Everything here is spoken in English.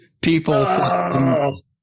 People